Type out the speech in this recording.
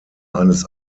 eines